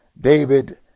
David